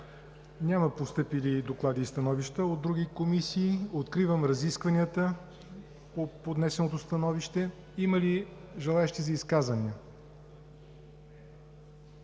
Няма постъпили доклади и становища от други комисии. Откривам разискванията по поднесеното становище. Има ли желаещи за изказвания?